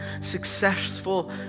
successful